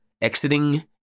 exiting